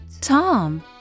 Tom